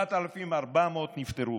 4,400 נפטרו.